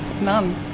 none